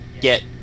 get